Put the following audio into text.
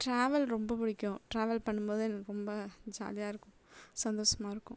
travel ரொம்ப புடிக்கும் travel பண்ணும் போது எனக்கு ரொம்ப ஜாலியாக இருக்கும் சந்தோசமாக இருக்கும்